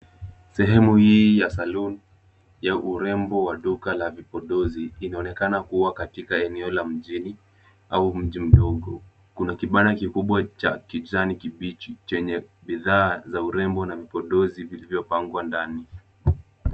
Sehemu hii ya salon ya urembo wa duka la vipodozi inaonekana kua katika eneo la mjini au mji mdogo. Kuna kibanda kikubwa cha kijani kibichi chenye bidhaa za urembo na vipodozi vilivyo pangwa ndani.